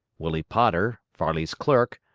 willie potter, farley's clerk,